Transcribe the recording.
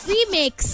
Remix